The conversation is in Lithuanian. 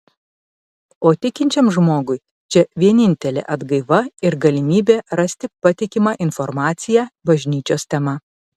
o tikinčiam žmogui čia vienintelė atgaiva ir galimybė rasti patikimą informaciją bažnyčios tema